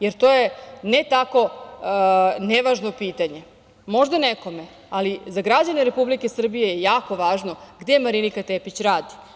Jer, to je, ne tako nevažno pitanje, možda nekome, ali za građane Republike Srbije je jako važno gde Marinika Tepić radi.